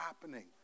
happening